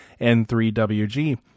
N3WG